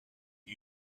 the